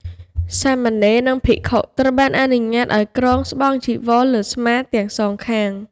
សាមណេរ និងភិក្ខុត្រូវបានអនុញ្ញាតឱ្យគ្រងស្បង់ចីវរលើស្មាទាំងសងខាង។